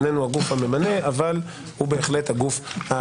איננו הגוף הממנה אבל הוא בהחלט הגוף.